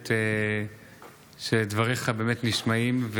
שדבריך באמת נשמעים,